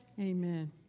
Amen